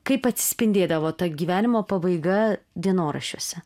kaip atsispindėdavo ta gyvenimo pabaiga dienoraščiuose